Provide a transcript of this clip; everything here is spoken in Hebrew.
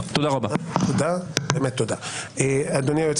אדוני היועץ